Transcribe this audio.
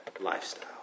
lifestyle